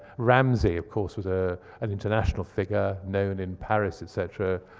ramsey, of course, was ah an international figure, known in paris, etc,